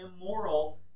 immoral